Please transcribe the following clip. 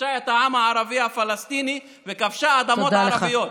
כבשה את העם הערבי הפלסטיני וכבשה אדמות ערביות.